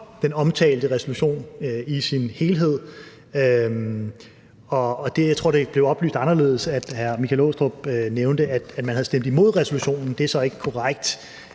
den omtalte resolution i sin helhed. Jeg tror, det blev oplyst anderledes, og at hr. Michael Aastrup Jensen nævnte, at man havde stemt imod resolutionen. Det er så ikke korrekt,